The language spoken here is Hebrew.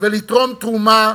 ולתרום תרומה